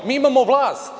Mi imamo vlast.